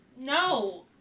no